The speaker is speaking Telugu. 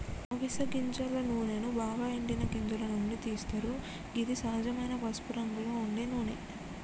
అవిస గింజల నూనెను బాగ ఎండిన గింజల నుండి తీస్తరు గిది సహజమైన పసుపురంగులో ఉండే నూనె